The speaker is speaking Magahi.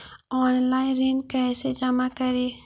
ऑनलाइन ऋण कैसे जमा करी?